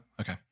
Okay